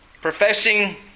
professing